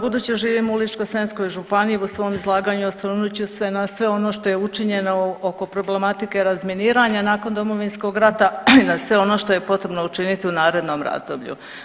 Budući da živim u Ličko-senjskoj županiji u svom izlaganju osvrnut ću se na sve ono što je učinjeno oko problematike razminiranja nakon Domovinskog rata i na sve ono što je potrebno učiniti u narednom razdoblju.